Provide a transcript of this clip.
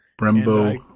Brembo